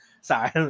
sorry